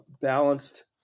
balanced